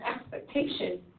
expectation